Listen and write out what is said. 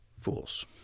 Fools